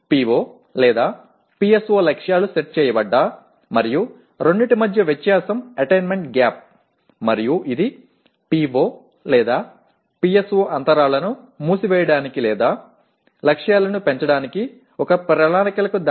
இப்போது PO PSO இலக்குகளை காணும்பொழுது இரண்டிற்கும் இடையிலான வேறுபாடு தான் அடைதல் இடைவெளி மற்றும் இது PO PSO இடைவெளிகளை மூடுவதற்கான திட்டத்திற்கு வழிவகுக்கும் அல்லது இலக்குகளை மேம்படுத்தும்